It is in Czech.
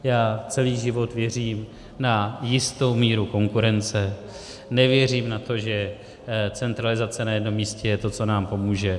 Já celý život věřím na jistou míru konkurence, nevěřím na to, že centralizace na jednom místě je to, co nám pomůže.